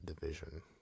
Division